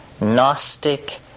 Gnostic